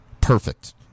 perfect